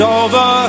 over